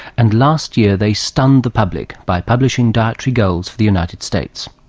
and last year they stunned the public by publishing dietary goals for the united states.